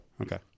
Okay